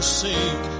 sink